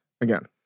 again